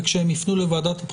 כמו שאמר יושב-ראש הוועדה,